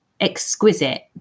exquisite